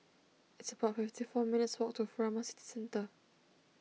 it's about fifty four minutes' walk to Furama City Centre